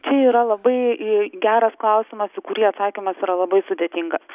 čia yra labai geras klausimas į kurį atsakymas yra labai sudėtingas